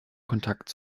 kontakt